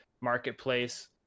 marketplace